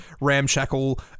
ramshackle